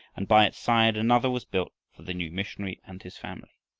and by its side another was built for the new missionary and his family.